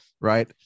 right